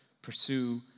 pursue